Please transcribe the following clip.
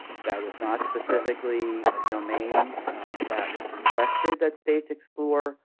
that was not specifically a domain that was requested that states explore,